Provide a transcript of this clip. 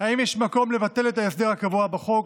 אם יש מקום לבטל את ההסדר הקבוע בחוק